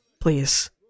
Please